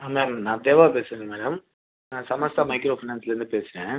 ஆ ma'am நான் தேவா பேசுகிறேன் madam நான் சமஸ்தா மைக்ரோ ஃபினான்ஸ்லேருந்து பேசுகிறேன்